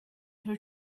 her